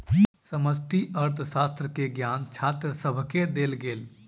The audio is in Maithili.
समष्टि अर्थशास्त्र के ज्ञान छात्र सभके देल गेल